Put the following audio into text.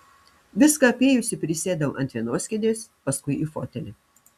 viską apėjusi prisėdau ant vienos kėdės paskui į fotelį